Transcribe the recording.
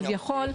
כביכול,